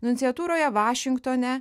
nunciatūroje vašingtone